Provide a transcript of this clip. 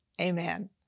Amen